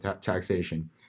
taxation